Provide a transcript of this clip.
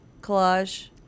collage